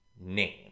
name